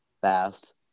Fast